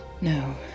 No